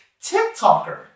TikToker